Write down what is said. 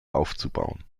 aufzubauen